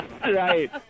Right